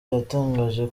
yatangaje